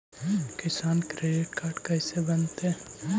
किसान credit card कैसे बनतै?